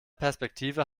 perspektive